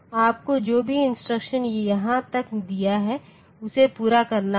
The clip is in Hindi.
आपको जो भी इंस्ट्रक्शन यहाँ तक दिया है उसे पूरा करना होगा